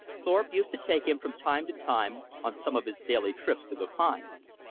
thorpe used to take him from time to time on some of his daily trips to the pines.